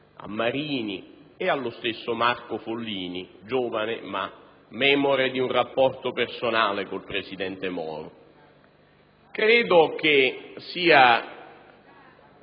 a Marini e allo stesso Marco Follini, giovane ma memore di un rapporto personale con il presidente Moro. SANTINI *(PdL)*.